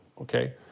okay